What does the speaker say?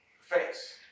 face